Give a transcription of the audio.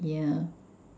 yeah